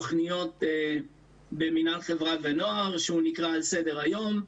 תוכניות במינהל חברה ונוער שהוא נקרא "על סדר היום".